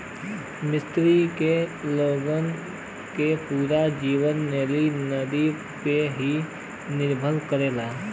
मिस्र के लोगन के पूरा जीवन नील नदी पे ही निर्भर करेला